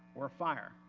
or fire,